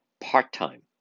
part-time